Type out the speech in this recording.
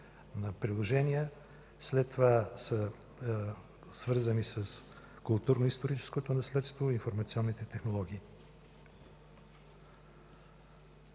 на приложения, след това са свързани с културно-историческото наследство и информационните технологии.